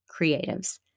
creatives